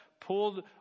pulled